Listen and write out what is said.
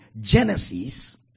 Genesis